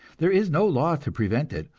there is no law to prevent it,